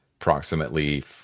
approximately